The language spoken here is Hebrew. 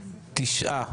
תשעה.